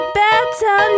better